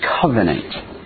covenant